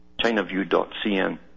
ChinaView.cn